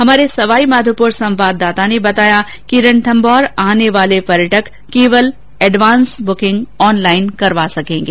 हमारे सवाईमाधोपुर संवाददाता ने बताया कि रणथम्भौर आने वाले पर्यटक एडवांस बुकिंग ऑनलाइन करा सकेंगे